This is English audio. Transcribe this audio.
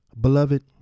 Beloved